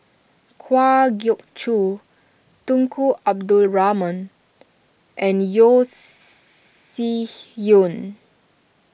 Kwa Geok Choo Tunku Abdul Rahman and Yeo Shih Yun